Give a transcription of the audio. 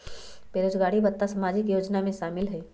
बेरोजगारी भत्ता सामाजिक योजना में शामिल ह ई?